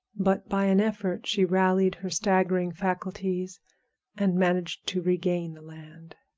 but by an effort she rallied her staggering faculties and managed to regain the land.